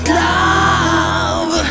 love